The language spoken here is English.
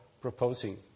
proposing